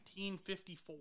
1954